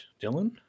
Dylan